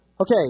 Okay